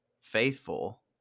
faithful